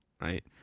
Right